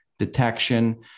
detection